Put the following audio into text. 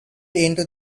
into